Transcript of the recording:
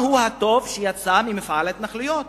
מהו הטוב שיצא ממפעל ההתנחלויות?